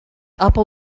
upper